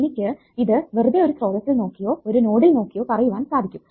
എനിക്ക് ഇത് വെറുതെ ഒരു സ്രോതസ്സിൽ നോക്കിയോ ഒരു നോഡിൽ നോക്കിയോ പറയുവാൻ സാധിക്കും